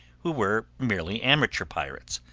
who were merely amateur pirates,